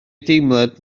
deimlad